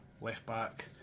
left-back